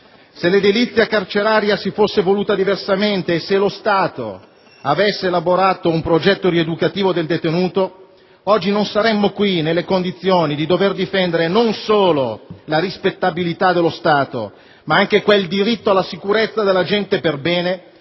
se l'edilizia carceraria si fosse evoluta diversamente e se lo Stato avesse lavorato ad un progetto rieducativo del detenuto, oggi non saremmo qui, nelle condizioni di dover difendere non solo la rispettabilità dello Stato, ma anche il diritto alla sicurezza della gente per bene